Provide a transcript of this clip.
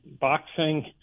boxing